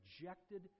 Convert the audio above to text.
rejected